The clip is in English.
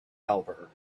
helper